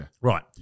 Right